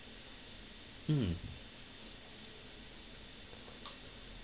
mm